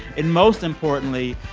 and most importantly,